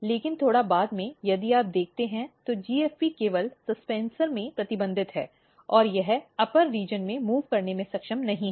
लेकिन थोड़ा बाद में यदि आप देखते हैं तो GFP केवल सस्पेंसर में प्रतिबंधित है और यह ऊपरी क्षेत्र में मूव़ करने में सक्षम नहीं है